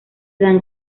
dan